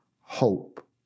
hope